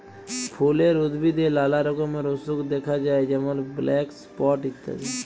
ফুলের উদ্ভিদে লালা রকমের অসুখ দ্যাখা যায় যেমল ব্ল্যাক স্পট ইত্যাদি